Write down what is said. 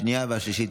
רבותיי חברי הכנסת,